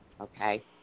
Okay